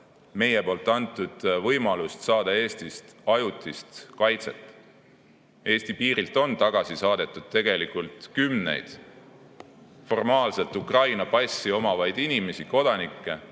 meie antavat võimalust saada Eestist ajutist kaitset. Eesti piirilt on tagasi saadetud kümneid formaalselt Ukraina passi omavaid inimesi, kodanikke,